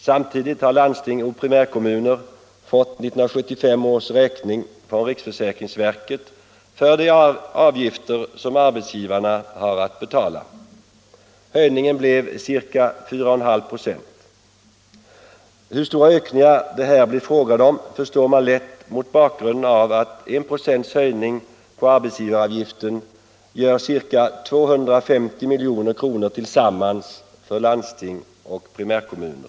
Samtidigt har landsting och primärkommuner fått 1975 års räkning från riksförsäkringsverket för de avgifter som arbetsgivarna har att betala. Höjningen blev ca 4,5 96. Hur stora ökningar det här blir fråga om förstår man lätt mot bakgrunden av att en procents höjning på arbetsgivaravgiften gör ca 250 milj. tillsammans för landsting och primärkommuner.